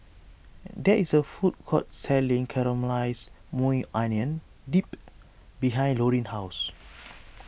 there is a food court selling Caramelized Maui Onion Dip behind Lorin's house